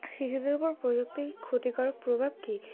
শিশুদের ও উপর প্রযুক্তি ক্ষতিকারক প্রভাব কী